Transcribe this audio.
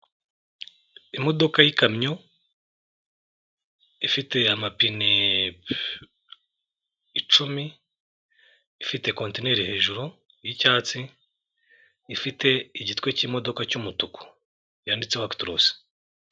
Imodoka y'ikamyo ifite amapine icumi ifite contineri hejuru y'icyatsi, ifite igitwe cy'imodoka cy'umutuku yanditseho agitorosi.